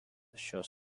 šios